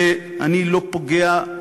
ואני לא פוגע,